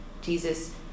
Jesus